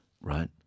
Right